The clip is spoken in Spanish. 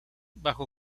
bajo